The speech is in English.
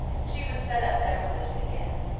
she would set up that religion again.